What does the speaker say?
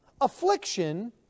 affliction